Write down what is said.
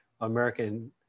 American